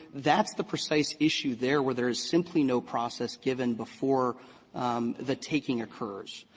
that's the precise issue there where there's simply no process given before the taking occurs.